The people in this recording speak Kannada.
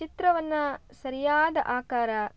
ಚಿತ್ರವನ್ನು ಸರಿಯಾದ ಆಕಾರ